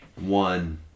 one